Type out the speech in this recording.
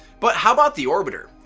but how about the orbiter?